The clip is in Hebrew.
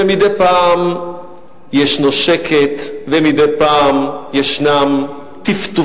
ומדי פעם יש שקט, ומדי פעם יש טפטופים.